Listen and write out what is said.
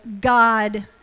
god